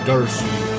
Darcy